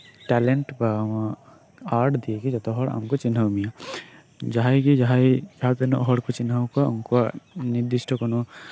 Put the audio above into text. talent ᱵᱟ ᱟᱢᱟᱜ art ᱫᱤᱭᱮᱜᱮ ᱡᱷᱚᱛᱚᱦᱚᱲ ᱟᱢᱠᱚ ᱪᱤᱱᱦᱟᱹᱣ ᱢᱮᱭᱟ ᱡᱟᱦᱟᱸᱭ ᱜᱮ ᱡᱟᱦᱟᱸᱭ ᱡᱟᱦᱟᱸ ᱛᱤᱱᱟᱹᱜ ᱦᱚᱲᱠᱚ ᱪᱤᱱᱦᱟᱹᱣ ᱠᱚᱣᱟ ᱩᱱᱠᱩᱣᱟᱜ ᱱᱤᱨᱫᱤᱥᱴᱚ ᱠᱳᱱᱳ